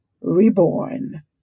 reborn